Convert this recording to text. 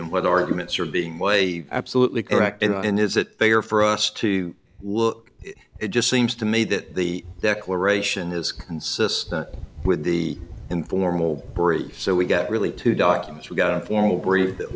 and what arguments are being way absolutely correct and is that they are for us to look it just seems to me that the declaration is consistent with the informal break so we get really two documents we got a formal brief that